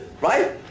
Right